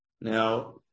Now